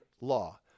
law